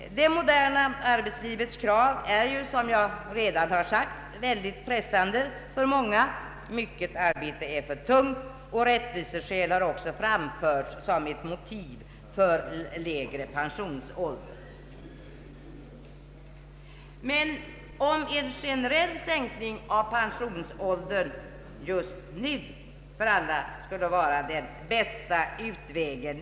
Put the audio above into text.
Det moderna arbetslivets krav är, som jag redan sagt, mycket pressande för många. Mycket arbete är för tungt, och rättviseskäl har också framförts som ett motiv för lägre pensionsålder. Men det torde kunna diskuteras om en generell sänkning av pensionsåldern för alla just nu skulle vara den bästa utvägen.